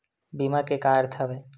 बीमा के का अर्थ हवय?